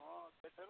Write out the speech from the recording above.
ᱦᱮᱸ ᱥᱮᱴᱮᱨᱚᱜ